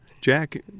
Jack